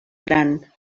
gran